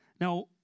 Now